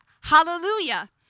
Hallelujah